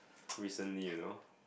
recently you know